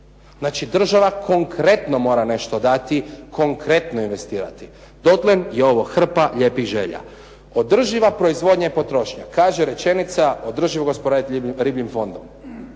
Znači država konkretno mora nešto dati, konkretno investirati, dotle je ovo hrpa lijepih želja. Održiva proizvodnja i potrošnja, kaže rečenica održivo gospodariti ribljim fondom.